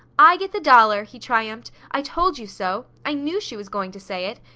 i get the dollar! he triumphed. i told you so! i knew she was going to say it!